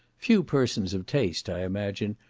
few persons of taste, i imagine,